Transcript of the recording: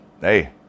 hey